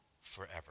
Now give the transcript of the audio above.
forever